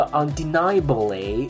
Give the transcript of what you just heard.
undeniably